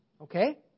Okay